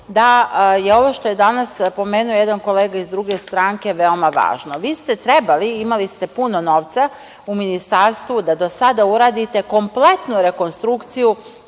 da je ovo što je danas pomenuo jedan kolega iz druge stranke veoma važno. Vi ste trebali, imali ste puno novca, u Ministarstvu da do sada uradite kompletnu rekonstrukciju